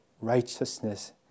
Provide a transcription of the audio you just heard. righteousness